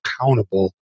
accountable